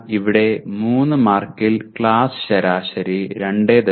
എന്നാൽ ഇവിടെ 3 മാർക്കിൽ ക്ലാസ് ശരാശരി 2